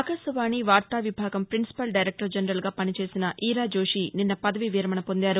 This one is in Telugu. ఆకాశవాణి వార్తా విభాగం ప్రిన్స్పల్ డైరెక్టర్ జనరల్గా పనిచేసిన ఈరా జోషీ నిన్న పదవీ విరమణ పొందారు